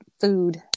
food